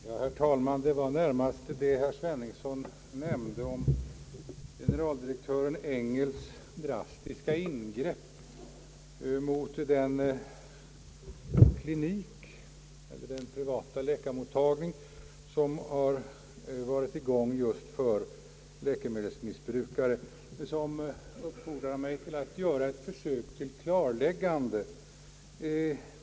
Herr talman! Herr Sveningsson nämnde generaldirektör Engels drastiska ingrepp mot den privata läkarmottagning som har varit i gång just för läkemedelsmissbrukare. Vad han sade uppfordrar mig till att göra ett försök till klarläggande.